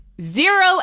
Zero